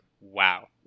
Wow